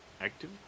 active